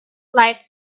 flight